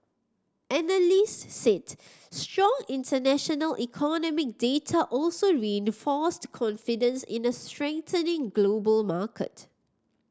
analyst said strong international economic data also reinforced confidence in a strengthening global market